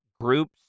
groups